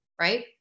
right